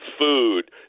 food